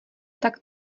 tak